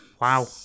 Wow